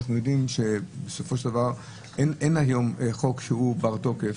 אנחנו יודעים שבסופו של דבר אין היום חוק שהוא בר תוקף,